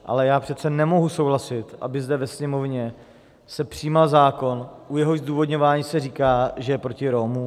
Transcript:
Ale já přece nemohu souhlasit, aby zde ve Sněmovně se přijímal zákon, u jehož zdůvodňování se říká, že je proti Romům.